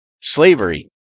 slavery